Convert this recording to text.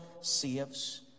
saves